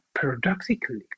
paradoxically